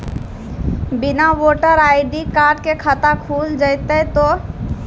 बिना voter ID card के खाता खुल जैते तो?